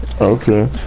Okay